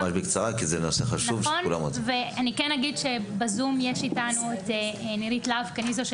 אני כן אגיד שבזום אתנו נירית להב-קניזו,